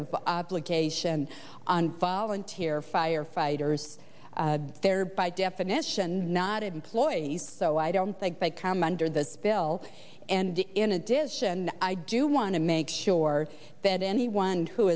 of obligation on volunteer firefighters there by definition not employees so i don't think they commandeered the spill and in addition i do want to make sure that anyone who